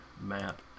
map